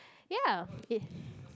ya it